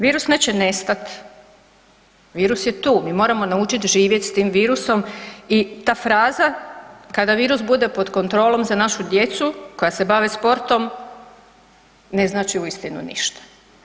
Virus neće nestat, virus je tu, mi moramo naučiti živjeti s tim virusom i ta fraza kada virus bude pod kontrolom za našu djecu koja se bave sportom ne znači uistinu ništa.